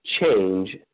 change